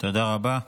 תודה רבה.